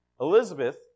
Elizabeth